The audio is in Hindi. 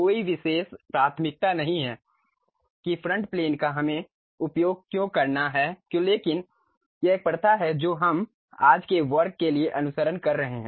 कोई विशेष प्राथमिकता नहीं है कि फ्रंट प्लेन का हमें उपयोग क्यों करना है लेकिन यह एक प्रथा है जो हम आज के वर्ग के लिए अनुसरण कर रहे हैं